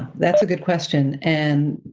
that's a good question. and,